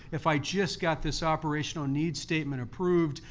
if i just got this operational need statement approved,